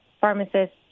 pharmacists